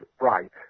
right